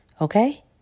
Okay